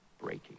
breaking